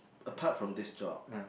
apart from this job